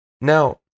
Now